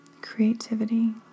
creativity